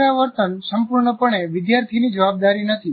પુનરાવર્તનસંપૂર્ણપણે વિદ્યાર્થીની જવાબદારી નથી